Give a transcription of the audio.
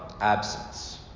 absence